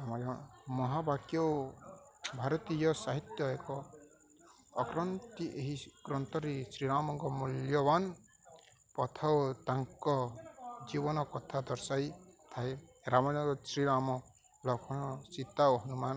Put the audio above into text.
ରାମାୟଣ ମହାବାକ୍ୟ ଓ ଭାରତୀୟ ସାହିତ୍ୟ ଏକ ଅକ୍ରାନ୍ତି ଏହି ଗ୍ରନ୍ଥରେ ଶ୍ରୀରାମଙ୍କ ମୂଲ୍ୟବାନ ପଥ ତାଙ୍କ ଜୀବନ କଥା ଦର୍ଶାଇ ଥାଏ ରାମାୟଣର ଶ୍ରୀରାମ ଲକ୍ଷ୍ମଣ ସୀତା ହନୁମାନ